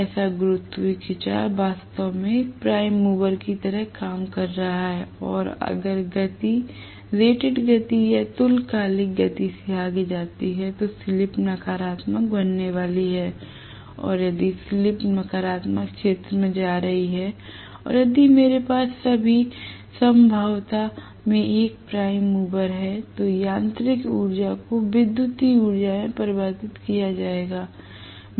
ऐसा गुरुत्वीय खिंचाव वास्तव में एक प्राइम मूवर की तरह काम कर रहा है और अगर गति रेटेड गति या तुल्यकालिक गति से आगे जाती है जो कि स्लिप नकारात्मक बनने वाली है और यदि स्लिप नकारात्मक क्षेत्र में जा रही है और यदि मेरे पास सभी संभाव्यता में एक प्राइम मूवर है तो यांत्रिक ऊर्जा को विद्युत ऊर्जा में परिवर्तित किया जाएगा